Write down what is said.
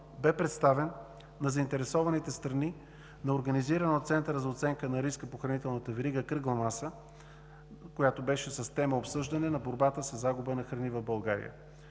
бе представен на заинтересованите страни на организирана от Центъра за оценка на риска по хранителната верига кръгла маса, която беше с тема „Обсъждане на борбата със загуба на храни в България“.